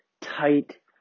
tight